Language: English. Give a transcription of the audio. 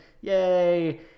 Yay